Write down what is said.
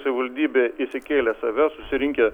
savivaldybėje išsikėlė save susirinkę